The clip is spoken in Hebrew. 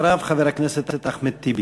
אחריו, חבר הכנסת אחמד טיבי.